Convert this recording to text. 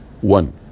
one